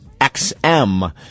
XM